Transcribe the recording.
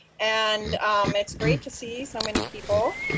and it's great to see so many people.